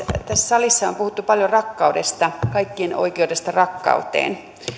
tässä salissa on puhuttu paljon rakkaudesta kaikkien oikeudesta rakkauteen